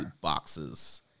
Boxes